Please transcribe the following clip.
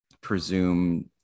presume